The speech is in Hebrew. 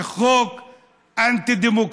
זה חוק אנטי-דמוקרטי,